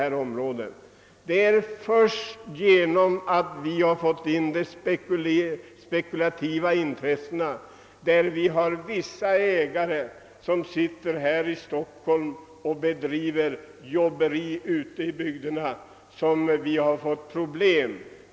Först sedan spekulativa intressen kommit att spela in för vissa ägare som sitter här i Stockholm och bedriver jobberi ute i bygderna har vi fått problem.